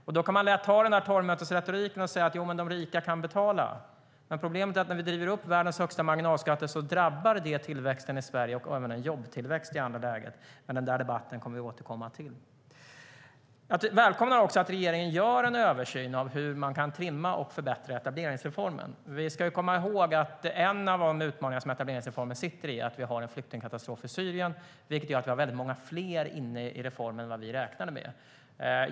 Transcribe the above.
Man kan då använda torgmötesretoriken och säga att de rika kan betala, men problemet är att när vi driver upp världens högsta marginalskatter drabbar det tillväxten i Sverige och även jobbtillväxten. Men den debatten kommer vi att återkomma till. Jag välkomnar att regeringen gör en översyn av hur man kan trimma och förbättra etableringsreformen. Vi ska komma ihåg att en av etableringsreformens utmaningar är flyktingkatastrofen i Syrien, vilken gör att vi har många fler inne i etableringsreformen än vad vi räknade med.